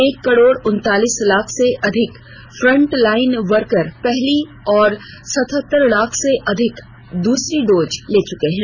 एक करोड़ उनतालीस लाख से अधिक फ्रंटलाइन वर्कर पहली और सतहत्तर लाख से अधिक दूसरी डोज ले चुके हैं